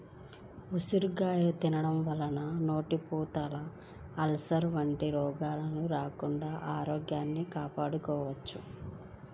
ఉసిరికాయల్ని తినడం వల్ల నోటిపూత, అల్సర్లు వంటి రోగాలు రాకుండా ఆరోగ్యం కాపాడుకోవచ్చు